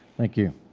thank you.